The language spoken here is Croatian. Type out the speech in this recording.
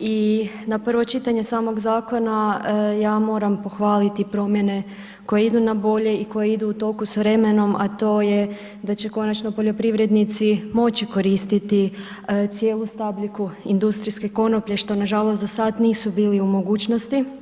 i na prvo čitanje samog zakona, ja moram pohvaliti promjene koje idu na bolje i koje idu u toku s vremenom, a to je da će konačno poljoprivrednici moći koristiti cijelu stabljiku industrijske konoplje što nažalost, do sad nisu bili u mogućnosti.